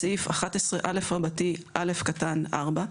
בסעיף 11א(א)(4),